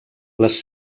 les